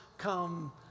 come